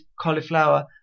cauliflower